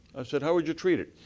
i said, how would you treat it.